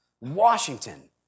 Washington